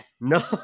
No